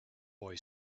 boy